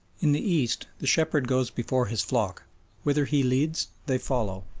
in the east the shepherd goes before his flock whither he leads they follow,